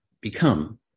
become